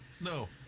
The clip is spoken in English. No